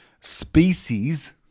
species